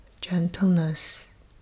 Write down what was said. gentleness